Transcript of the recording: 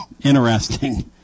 Interesting